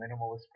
minimalist